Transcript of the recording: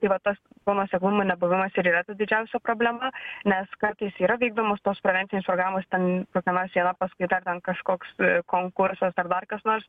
tai va tas to nuoseklumo nebuvimas ir yra didžiausia problema nes kartais yra vykdomos tos prevencinės programos ten kokia nors viena paskaita ar ten kažkoks konkursas ar dar kas nors